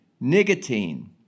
nicotine